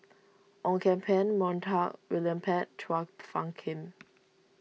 Ong Kian Peng Montague William Pett Chua Phung Kim